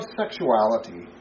sexuality